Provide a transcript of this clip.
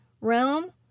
realm